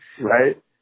Right